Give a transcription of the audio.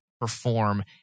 perform